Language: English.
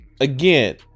again